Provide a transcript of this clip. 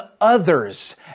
others